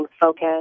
focus